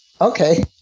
okay